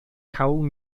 cawl